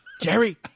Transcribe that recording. Jerry